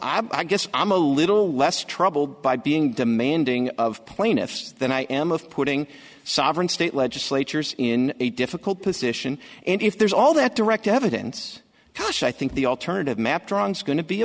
t i guess i'm a little less troubled by being demanding of plaintiffs than i am of putting sovereign state legislatures in a difficult position and if there's all that direct evidence because i think the alternative